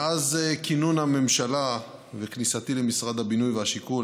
מאז כינון הממשלה וכניסתי למשרד הבינוי והשיכון,